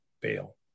bail